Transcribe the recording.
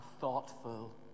thoughtful